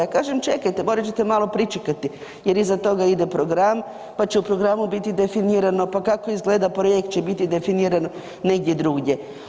Ja kažem čekajte, morat ćete malo pričekati, jer iza toga ide program, pa će u programu biti definirano, pa kako izgleda, projekt će biti definiran negdje drugdje.